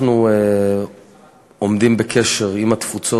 אנחנו עומדים בקשר עם התפוצות.